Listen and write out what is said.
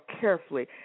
carefully